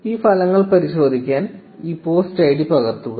ഈ ഫലങ്ങൾ പരിശോധിക്കാൻ ഈ പോസ്റ്റ് ഐഡി പകർത്തുക